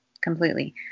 completely